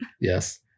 Yes